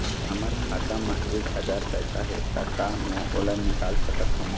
हमर खाता मा एक हजार पैसा हे ता का मैं ओला निकाल सकथव?